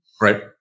right